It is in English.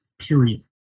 period